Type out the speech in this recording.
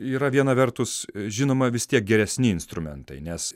yra viena vertus žinoma vis tiek geresni instrumentai nes